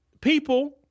People